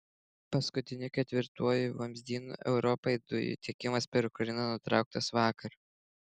paskutiniu ketvirtuoju vamzdynu europai dujų tiekimas per ukrainą nutrauktas vakar